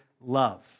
love